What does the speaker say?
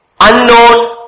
unknown